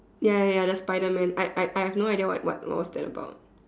ya ya ya the spiderman I I I have no idea what what it was that about